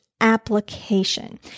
application